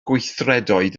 gweithredoedd